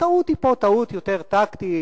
הטעות פה היא טעות יותר טקטית,